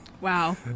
Wow